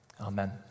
amen